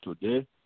today